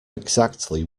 exactly